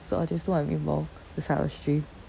so I'll just don't have meatball